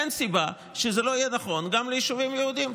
אין סיבה שלא יהיה נכון גם ליישובים יהודיים.